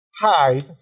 hide